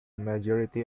majority